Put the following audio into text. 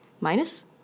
Minus